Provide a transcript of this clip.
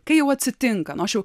kai jau atsitinka nu aš jau